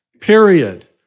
period